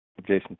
Jason